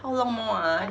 how long more ah